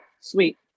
Sweet